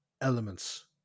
elements